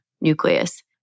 nucleus